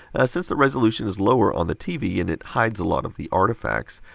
since the resolution is lower on the tv, and it hides a lot of the artifacts.